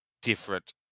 different